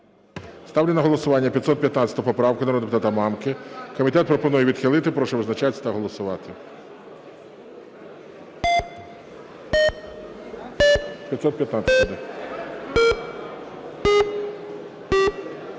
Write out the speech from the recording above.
Ставлю на голосування 515 поправку народного депутата Мамки. Комітет пропонує відхилити. Прошу визначатись та голосувати.